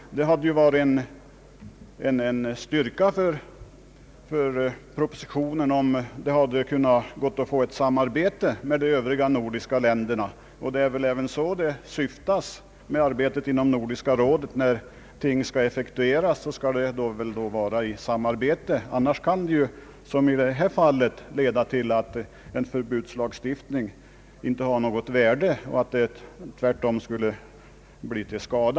Det hade varit en styrka för propositionen om det hade gått att genomföra ett samarbete med de övriga nordiska länderna. Syftet med Nordiska rådets arbete är väl att besluten skall fattas i samarbete. Annars kan det som i detta fall — leda till att en förbudslagstiftning inte har något värde utan tvärtom kan bli till skada.